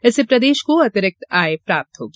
इससे प्रदेश को अतिरिक्त आय प्राप्त होगी